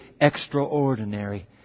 extraordinary